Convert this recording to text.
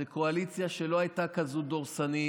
זאת קואליציה, לא הייתה כזאת דורסנית,